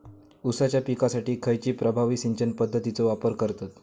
ऊसाच्या पिकासाठी खैयची प्रभावी सिंचन पद्धताचो वापर करतत?